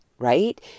Right